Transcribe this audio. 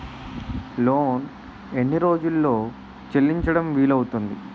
Loan ఎన్ని రోజుల్లో చెల్లించడం వీలు అవుతుంది?